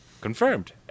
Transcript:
confirmed